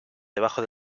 debajo